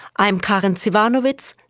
i'm karin zsivanovits,